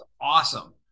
awesome